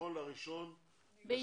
נכון ל-1 ביולי.